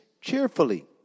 cheerfully